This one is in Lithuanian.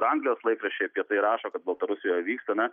anglijos laikraščiai apie tai rašo kad baltarusijoje vyksta na